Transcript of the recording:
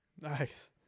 Nice